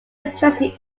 interested